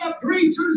preachers